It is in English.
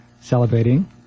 celebrating